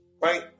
Right